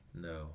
no